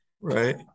right